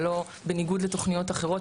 בניגוד לתוכניות אחרות,